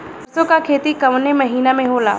सरसों का खेती कवने महीना में होला?